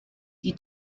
die